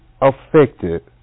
affected